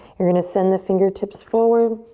you're gonna send the fingertips forward.